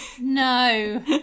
No